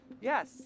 Yes